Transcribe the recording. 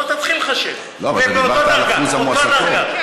בוא תתחיל לחשב, והם באותה דרגה, אותה דרגה.